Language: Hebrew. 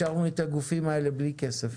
השארנו את הגופים האלה בלי כסף,